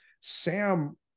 Sam